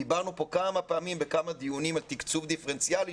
דיברנו פה כמה פעמים בכמה דיונים על תקצוב דיפרנציאלי